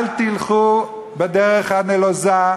אל תלכו בדרך הנלוזה,